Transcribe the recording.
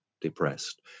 depressed